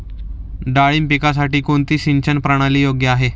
डाळिंब पिकासाठी कोणती सिंचन प्रणाली योग्य आहे?